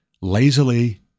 lazily